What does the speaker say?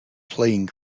playing